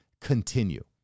continue